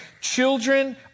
Children